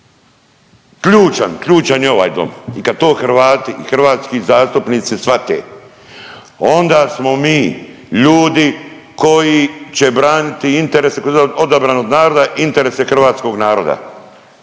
ključan je ovaj Dom. I kad to Hrvati i hrvatski zastupnici shvate onda smo mi ljudi koji će braniti interese kod odabranog naroda, interese hrvatskog naroda.